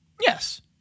Yes